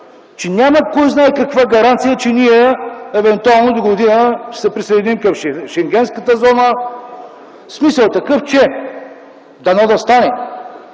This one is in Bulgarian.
че няма кой знае каква гаранция, че евентуално догодина ще се присъединим към Шенгенската зона. Дано да стане,